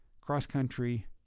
cross-country